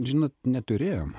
žinot neturėjom